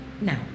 Now